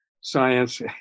science